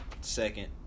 second